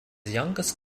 youngest